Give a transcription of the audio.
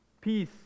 peace